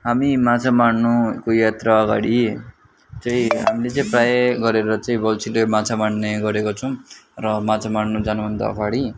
हामी माछा मार्नुको यात्रा अगाडि चाहिँ हामीले चाहिँ प्रायः गरेर चाहिँ बल्छीले माछा मार्ने गरेको छौँ र माछा मार्नु जानुभन्दा अगाडि